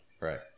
Right